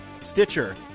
Stitcher